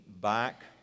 back